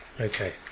Okay